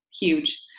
huge